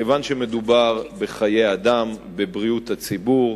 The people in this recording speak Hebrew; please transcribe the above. כיוון שמדובר בחיי אדם, בבריאות הציבור,